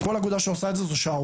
כל אגודה שעושה את זה זו שערוריה,